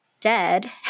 dead